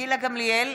גילה גמליאל,